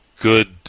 good –